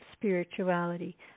spirituality